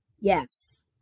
Yes